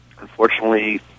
unfortunately